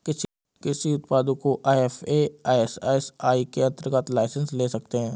कृषि उत्पादों का एफ.ए.एस.एस.आई के अंतर्गत लाइसेंस ले सकते हैं